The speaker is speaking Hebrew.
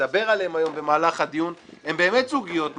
במהלך הדיון הן באמת סוגיות מטרידות,